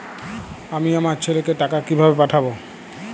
আমি আমার ছেলেকে টাকা কিভাবে পাঠাব?